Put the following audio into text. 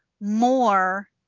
more